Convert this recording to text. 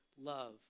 love